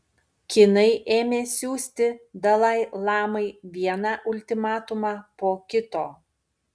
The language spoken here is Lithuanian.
kinai ėmė siųsti dalai lamai vieną ultimatumą po kito